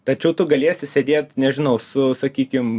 tačiau tu galėsi sėdėt nežinau su sakykim